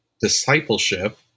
discipleship